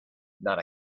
not